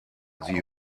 sie